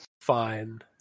Fine